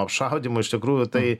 apšaudymų iš tikrųjų tai